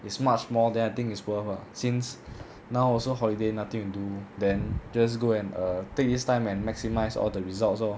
is much more then I think is worth ah since now also holiday nothing to do then just go and err take this time and maximise all the results lor